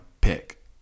pick